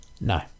No